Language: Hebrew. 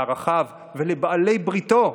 לערכיו ולבעלי בריתו,